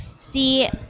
See